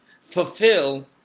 fulfill